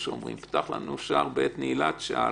"פתח לנו שער בעת נעילת שער"